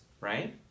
right